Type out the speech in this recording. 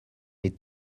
est